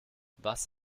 was